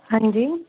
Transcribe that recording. ਹਾਂਜੀ